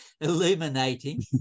illuminating